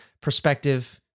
perspective